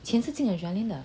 钱是进 adreline 的